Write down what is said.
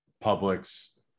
publics